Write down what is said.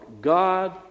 God